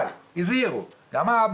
אבל הזהירו אותו שגם האבא,